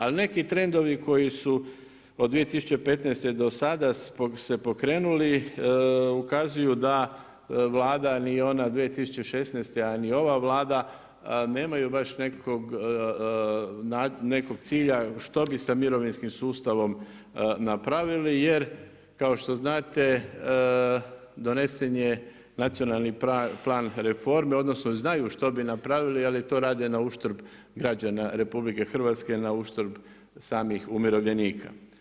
Ali neki trendovi koji su od 2015. do sada se pokrenuli ukazuju da Vlada ni ona 2016., a ni ova Vlada nemaju baš nekog cilja što bi sa mirovinskim sustavom napravili jer kao što znate donesen je Nacionalni plan reforme odnosno znaju šta bi napravili ali to rade na uštrb građana RH, na uštrb samih umirovljenika.